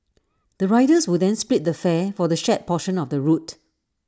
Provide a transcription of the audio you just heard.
the riders will then split the fare for the shared portion of the route